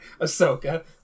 Ahsoka